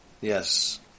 Yes